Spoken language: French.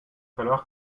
falloir